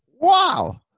Wow